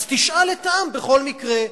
תשאל את העם בכל מקרה.